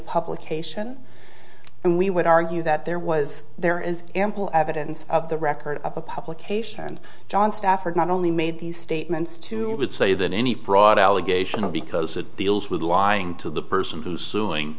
publication and we would argue that there was there is ample evidence of the record of the publication and john stafford not only made these statements to it would say that any fraud allegation of because it deals with lying to the person who suing